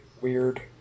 weird